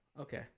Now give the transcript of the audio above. Okay